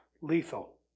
lethal